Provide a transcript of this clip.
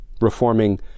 Reforming